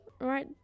right